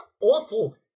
awful